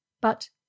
But—